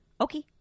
okay